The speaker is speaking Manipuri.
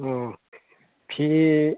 ꯑꯣ ꯐꯤ